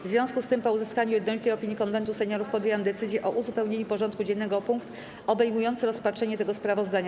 W związku z tym, po uzyskaniu jednolitej opinii Konwentu Seniorów, podjęłam decyzję o uzupełnieniu porządku dziennego o punkt obejmujący rozpatrzenie tego sprawozdania.